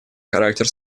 характер